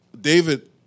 David